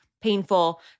painful